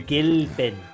Gilpin